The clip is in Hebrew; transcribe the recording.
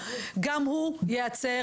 גם הוא ייעצר,